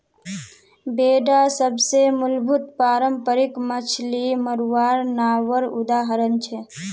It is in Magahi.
बेडा सबसे मूलभूत पारम्परिक मच्छ्ली मरवार नावर उदाहरण छे